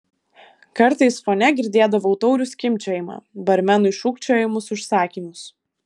kartais fone girdėdavau taurių skimbčiojimą barmenui šūkčiojamus užsakymus